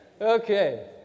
Okay